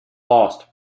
lost